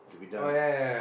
to be done